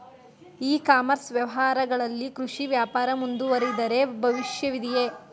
E commerce ವ್ಯವಹಾರಗಳಲ್ಲಿ ಕೃಷಿ ವ್ಯಾಪಾರ ಮುಂದುವರಿದರೆ ಭವಿಷ್ಯವಿದೆಯೇ?